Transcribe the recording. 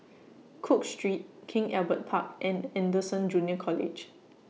Cook Street King Albert Park and Anderson Junior College